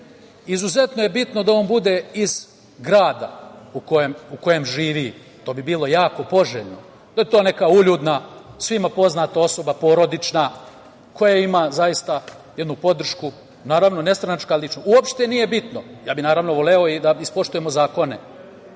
Pazaru. Izuzetno je bitno da on bude iz grada u kojem živi, to bi bilo jako poželjno, da je to neka uljudna, svima poznata osoba, porodična, koja ima zaista jednu podršku, naravno, nestranačka ličnost. Uopšte nije bitno, ja bih, naravno, voleo i da ispoštujemo zakone,